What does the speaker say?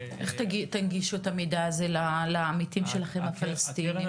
איך תנגישו את המידע שלכם לעמיתים שלכם הפלסטינים?